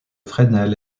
fresnel